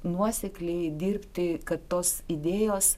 nuosekliai dirbti kad tos idėjos